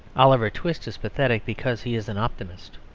oliver twist is pathetic because he is an optimist.